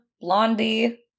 Blondie